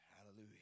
Hallelujah